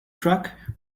truck